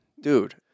dude